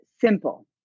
simple